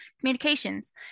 communications